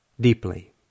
deeply